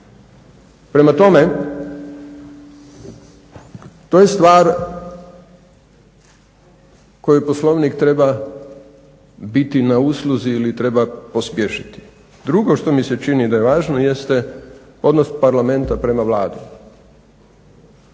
Prema tome, to je stvar koju Poslovnik treba biti na usluzi i treba pospješiti. Drugo što mi se čini da je važno jeste odnos Parlamenta prema Vladi.